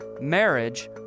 Marriage